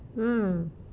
mm